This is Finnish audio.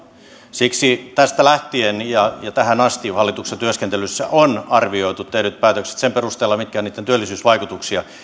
siksi tästä lähtien arvioidaan ja tähän asti hallituksen työskentelyssä on arvioitu tehdyt päätökset sen perusteella mitkä ovat niitten työllisyysvaikutuksia